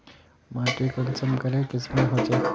माटी कुंसम करे किस्मेर होचए?